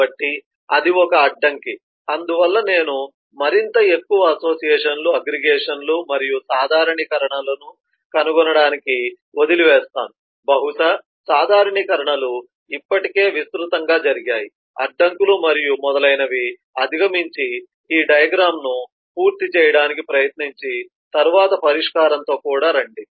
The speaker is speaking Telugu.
కాబట్టి ఇది ఒక అడ్డంకి అందువల్ల నేను మరింత ఎక్కువ అసోసియేషన్లు అగ్రిగేషన్లు మరియు సాధారణీకరణలను కనుగొనటానికి వదిలివేస్తాను బహుశా సాధారణీకరణలు ఇప్పటికే విస్తృతంగా జరిగాయి అడ్డంకులు మరియు మొదలైనవి అధిగమించి ఈ డయాగ్రమ్ ను పూర్తి చేయడానికి ప్రయత్నించి తరువాత పరిష్కారంతో కూడా రండి